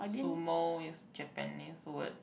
sumo is Japanese word